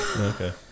Okay